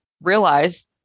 realize